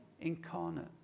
incarnate